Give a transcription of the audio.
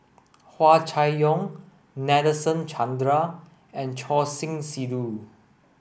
Hua Chai Yong Nadasen Chandra and Choor Singh Sidhu